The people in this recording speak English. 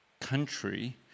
country